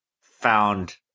found